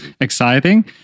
exciting